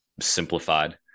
simplified